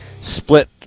split